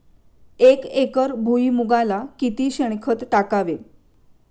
एक एकर भुईमुगाला किती शेणखत टाकावे?